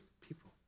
people